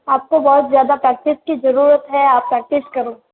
आप को बहुत ज़्यादा प्रैक्टिस की ज़रूरत है आप प्रैक्टिस करो